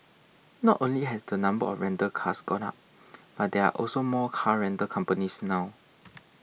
not only has the number of rental cars gone up but there are also more car rental companies now